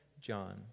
John